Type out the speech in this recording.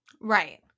Right